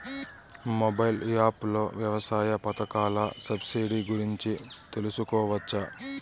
Mobile app లో వ్యవసాయ పథకాల సబ్సిడి గురించి తెలుసుకోవచ్చా?